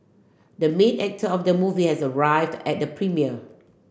the main actor of the movie has arrived at the premiere